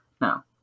Now